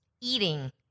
Eating